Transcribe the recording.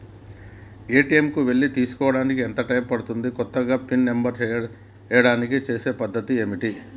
ATM కు వెళ్లి చేసుకోవడానికి ఎంత టైం పడుతది? కొత్తగా పిన్ నంబర్ చేయడానికి చేసే పద్ధతులు ఏవి?